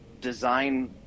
design